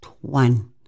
one